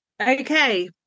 Okay